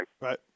right